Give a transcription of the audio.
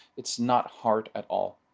it's not hard at all.